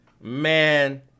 Man